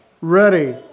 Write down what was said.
ready